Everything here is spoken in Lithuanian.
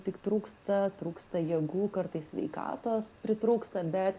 tik trūksta trūksta jėgų kartais sveikatos pritrūksta bet